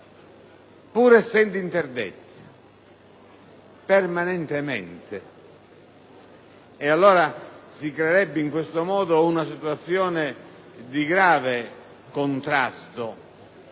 pur essendo interdetto permanentemente. Si creerebbe in questo modo una situazione di grave contrasto